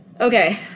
Okay